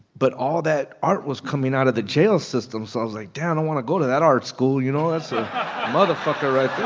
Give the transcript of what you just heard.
but all that art was coming out of the jail system. so i was like, damn, i want to go to that art school, you know. that's a motherfucker right there